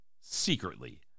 secretly